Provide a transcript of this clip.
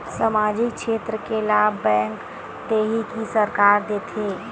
सामाजिक क्षेत्र के लाभ बैंक देही कि सरकार देथे?